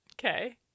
Okay